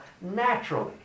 naturally